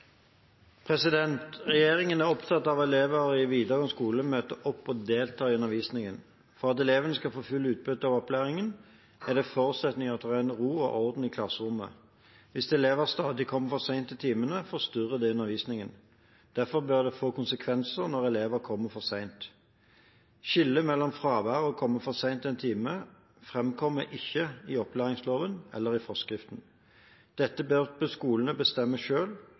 Regjeringen er opptatt av at elever i videregående skole møter opp og deltar i undervisningen. For at elevene skal få fullt utbytte av opplæringen, er det en forutsetning at det er ro og orden i klasserommet. Hvis elever stadig kommer for sent til timene, forstyrrer det undervisningen. Derfor bør det få konsekvenser når elever kommer for sent. Skillet mellom fravær og å komme for sent til en time framkommer ikke i opplæringsloven eller i forskriften. Dette bør skolene bestemme